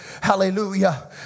Hallelujah